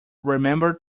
remember